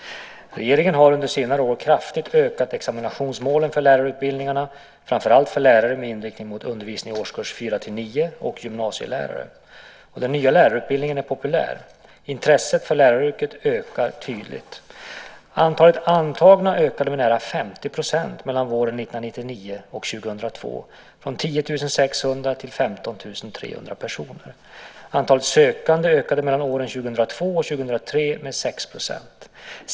Regeringen har under senare år kraftigt ökat examinationsmålen för lärarutbildningarna, framför allt för lärare med inriktning mot undervisning i årskurserna 4-9 och gymnasielärare. Den nya lärarutbildningen är populär. Intresset för läraryrket ökar tydligt. Antalet antagna ökade med nära 50 % mellan åren 1999 och 2002, från 10 600 till 15 300 personer. Antalet sökande ökade mellan åren 2002 och 2003 med 6 %.